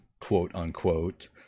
quote-unquote